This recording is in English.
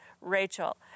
Rachel